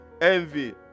Envy